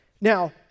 Now